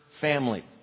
family